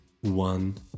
one